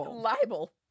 Libel